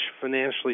financially